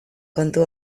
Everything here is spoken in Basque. kontu